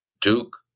Duke